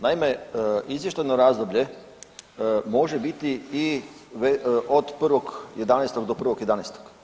Naime, izvještajno razdoblje može biti i od 1.11. do 1.11.